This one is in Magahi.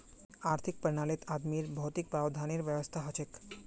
आर्थिक प्रणालीत आदमीर भौतिक प्रावधानेर व्यवस्था हछेक